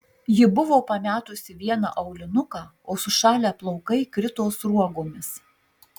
ji buvo pametusi vieną aulinuką o sušalę plaukai krito sruogomis